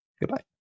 Goodbye